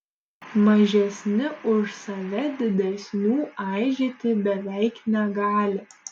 mažesni už save didesnių aižyti beveik negali